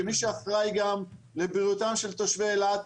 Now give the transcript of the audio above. כמי שגם אחראי לבריאותם של תושבי אילת,